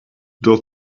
does